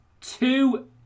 two